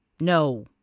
no